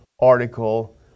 article